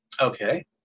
okay